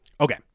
Okay